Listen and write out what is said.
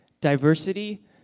Diversity